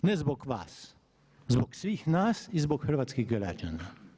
Ne zbog vas, zbog svih nas i zbog hrvatskih građana.